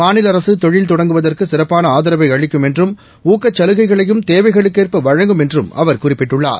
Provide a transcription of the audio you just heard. மாநில அரசு தொழில் தொடங்குவதற்கு சிறப்பான ஆதரவை அளிக்கும் என்றும் ஊக்கச் சலுகைகளையும் தேவைகளுக்கேற்ப வழங்கும் என்றும் அவர் குறிப்பிட்டுள்ளார்